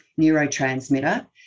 neurotransmitter